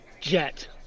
jet